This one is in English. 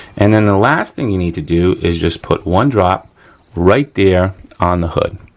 and then the last thing you need to do is just put one drop right there on the hood.